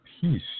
peace